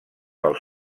pels